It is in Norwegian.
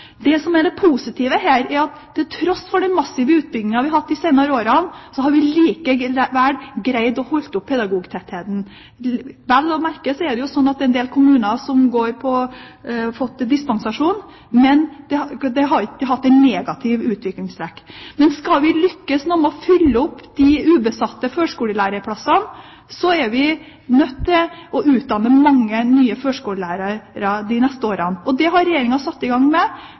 Det som er det positive her, er at til tross for den massive utbyggingen vi har hatt de senere årene, har vi likevel greid å holde oppe pedagogtettheten. Vel å merke er det slik at en del kommuner har fått dispensasjon, men det har ikke hatt negative utviklingstrekk. Men skal vi lykkes med å fylle opp de ubesatte førskolelærerplassene, er vi nødt til å utdanne mange nye førskolelærere de neste årene. Det har Regjeringen satt i gang med.